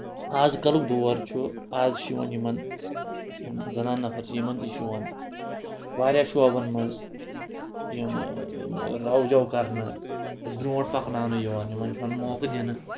آز کَلُک دور چھُ آز چھُ یِوان یِمَن یِم زَنان نفر چھِ یِمَن تہِ چھِ یِوان واریاہ شوبَن منٛز یِم رَو جو کَرنہٕ تہٕ برونٛٹھ پَکناونہٕ یِوان یِمَن چھُ یِوان موقعہٕ دِنہٕ